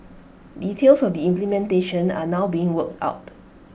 details of the implementation are now being worked out